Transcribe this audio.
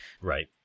right